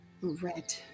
red